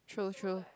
true true